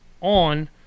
on